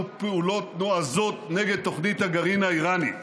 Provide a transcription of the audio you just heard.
פעולות נועזות נגד תוכנית הגרעין האיראנית.